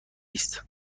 است